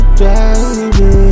baby